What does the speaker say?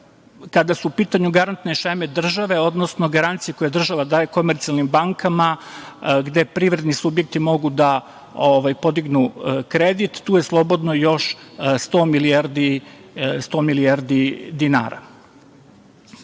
kada su u pitanju garantne šeme države, odnosno garancije koje država daje komercijalnim bankama, gde privredni subjekti mogu da podignu kredit, tu je slobodno još sto milijardi dinara. Ono